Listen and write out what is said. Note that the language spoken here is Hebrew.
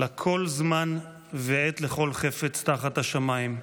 "לכל זמן ועת לכל חפץ תחת השמים.